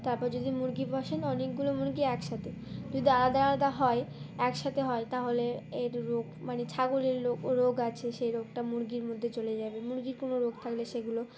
তারপর যদি মুরগি পসেন অনেকগুলো মুরগি একসাথে যদি আলাদা আলাদা হয় একসাথে হয় তাহলে এর রোগ মানে ছাগলের রোগ আছে সেই রোগটা মুরগির মধ্যে চলে যাবে মুরগির কোনো রোগ থাকলে সেগুলো